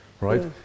Right